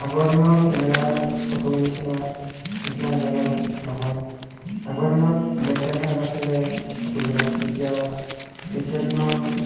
আগৰ দিনৰ কেমেৰাৰ ফটোৰ নিচিনা এতিয়া মোবাইলত নহয় আগৰ দিনত ব্লেক এণ্ড হোৱাইট আছিলে ফটোবিলাক এতিয়া এতিয়া দিনৰ